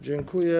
Dziękuję.